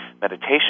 meditation